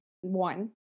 One